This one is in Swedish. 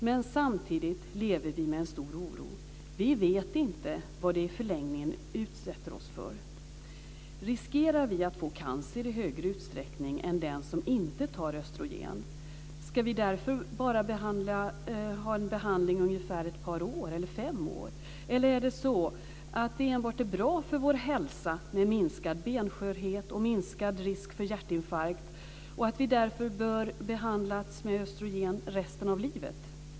Men samtidigt lever vi med en stor oro. Vi vet inte vad vi i förlängningen utsätter oss för. Riskerar vi i högre utsträckning att få cancer än den som inte tar östrogen? Ska vi därför bara ha en behandling under ett par år eller fem år? Eller är det enbart bra för vår hälsa med minskad benskörhet och minskad risk för hjärtinfarkt, och bör vi därför behandlas med östrogen resten av livet?